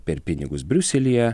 per pinigus briuselyje